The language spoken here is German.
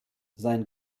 sein